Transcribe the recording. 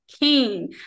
king